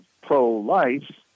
pro-life